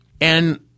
And-